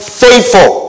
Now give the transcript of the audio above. faithful